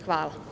Hvala.